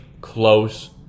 close